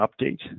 update